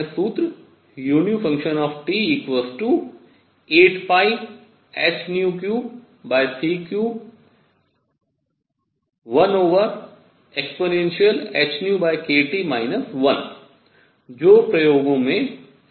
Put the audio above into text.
सूत्र u 8hν3c31 ehνkT 1 जो प्रयोगों में सही बैठता है